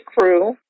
crew